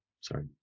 sorry